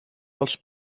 dels